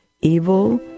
evil